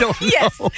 Yes